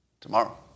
tomorrow